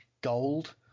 gold